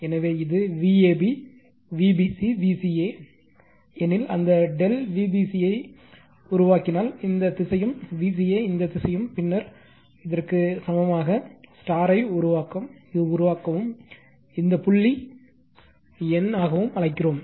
எனவே இது Vab Vbc Vca எனில் அந்த Δ Vbc ஐ உருவாக்கினால் இந்த திசையும் Vca இந்த திசையும் பின்னர் சமமாக உருவாக்கவும் இந்த புள்ளி ஐ n ஆகவும் அழைக்கிறோம்